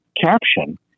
caption